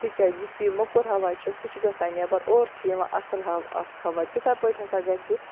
تِکیٛازِ یُس یہِ مۄکُر ہوا چھِ سُہ چھِ گژھان نٮ۪بَر اورٕ چھِ یِوان اصٕل ہَو اَکھ ہوا تِتھَے پٲٹھۍ ہسا گژھِ